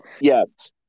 Yes